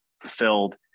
fulfilled